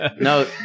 No